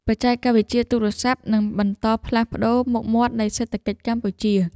បច្ចេកវិទ្យាទូរស័ព្ទនឹងបន្តផ្លាស់ប្តូរមុខមាត់នៃសេដ្ឋកិច្ចកម្ពុជា។